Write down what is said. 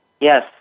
Yes